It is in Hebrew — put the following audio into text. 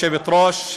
כבוד היושבת-ראש,